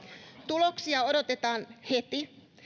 tuloksia odotetaan heti